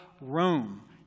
Rome